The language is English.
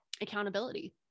accountability